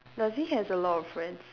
does he has a lot of friends